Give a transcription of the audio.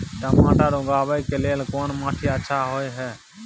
टमाटर उगाबै के लेल कोन माटी अच्छा होय है?